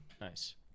Nice